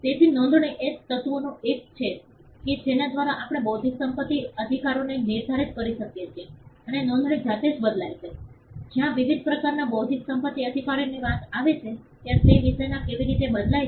તેથી નોંધણી એ તત્વોમાંનું એક છે કે જેના દ્વારા આપણે બૌદ્ધિક સંપત્તિ અધિકારોને નિર્ધારિત કરી શકીએ છીએ અને નોંધણી જાતે જ બદલાય છે જ્યારે વિવિધ પ્રકારના બૌદ્ધિક સંપત્તિ અધિકારોની વાત આવે છે ત્યારે તે વિષયમાં કેવી રીતે બદલાય છે